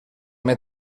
més